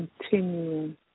continuing